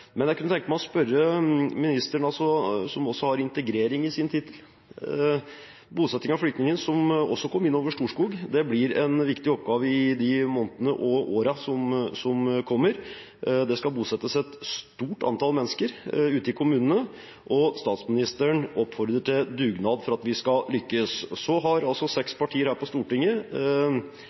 Men jeg kunne tenke meg å høre med ministeren, som også har «integrering» i sin tittel: Bosetting av flyktninger, som også har kommet inn over Storskog, blir en viktig oppgave i månedene og årene som kommer. Det skal bosettes et stort antall mennesker ute i kommunene, og statsministeren oppfordrer til dugnad for at vi skal lykkes. I går landet altså